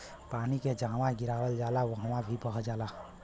पानी के जहवा गिरावल जाला वहवॉ ही बह जाला